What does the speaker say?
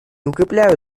укрепляют